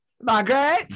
Margaret